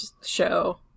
show